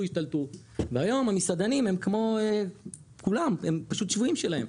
השתלטו והיום המסעדנים הם פשוט שבויים שלהם.